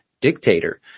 dictator